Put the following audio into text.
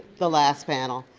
the last panel.